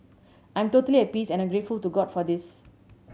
I'm totally at peace and I'm grateful to God for this